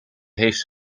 heeft